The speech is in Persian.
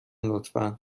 لطفا